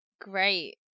Great